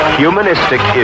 humanistic